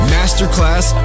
Masterclass